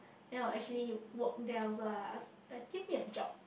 then I will actually work there also ah ask like give me a job